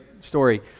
story